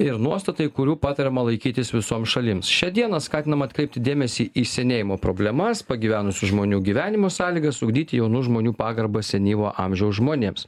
ir nuostatai kurių patariama laikytis visom šalims šią dieną skatinama atkreipti dėmesį į senėjimo problemas pagyvenusių žmonių gyvenimo sąlygas ugdyti jaunų žmonių pagarbą senyvo amžiaus žmonėms